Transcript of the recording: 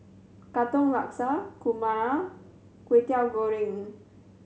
Katong Laksa kurma Kway Teow Goreng